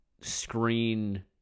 screen